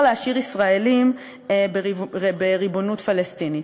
להשאיר ישראלים בריבונות פלסטינית.